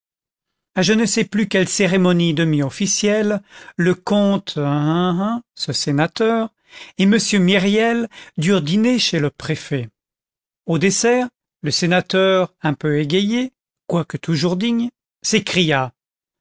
à je ne sais plus quelle cérémonie demi officielle le comte ce sénateur et m myriel durent dîner chez le préfet au dessert le sénateur un peu égayé quoique toujours digne s'écria